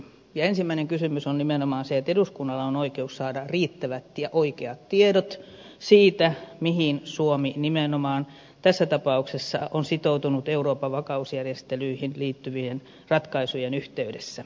ensimmäinen kysymys on nimenomaan se että eduskunnalla on oikeus saada riittävät ja oikeat tiedot siitä mihin suomi nimenomaan tässä tapauksessa on sitoutunut euroopan vakausjärjestelyihin liittyvien ratkaisujen yhteydessä